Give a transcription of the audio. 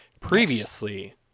previously